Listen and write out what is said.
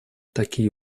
такие